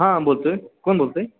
हां बोलतो आहे कोण बोलतं आहे